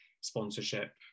sponsorship